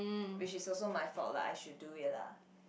which is also my fault lah I should do it lah